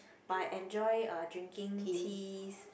but I enjoy uh drinking teas